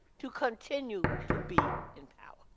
to continue to be in power.